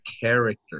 character